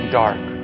dark